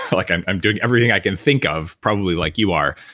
like i'm i'm doing everything i can think of, probably like you are,